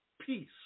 peace